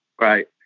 Right